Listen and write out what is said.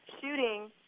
Shooting